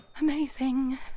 Amazing